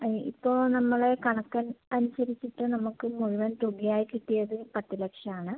അത് ഇപ്പോൾ നമ്മള് കണക്ക് അനുസരിച്ചിട്ട് നമുക്ക് മുഴുവൻ തുക ആയി കിട്ടിയത് പത്ത് ലക്ഷം ആണ്